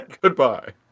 Goodbye